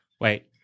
Wait